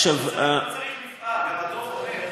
צריך מפעל, והדוח אומר,